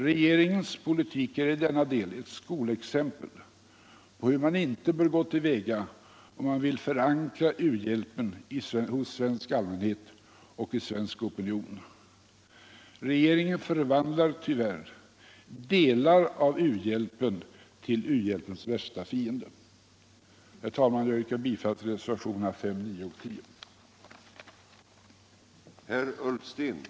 Regeringens politik är i denna del ett skolexempel på hur man inte bör gå till väga om man vill förankra u-hjälpen hos svensk allmänhet och i svensk opinion. Regeringen förvandlar tyvärr delar av u-hjälpen till u-hjälpens värsta fiende. Internationellt utvecklingssamar